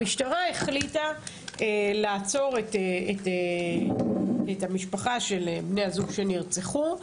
המשטרה החליטה לעצור את המשפחה של בני הזוג שנרצחו.